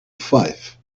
fife